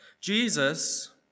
Jesus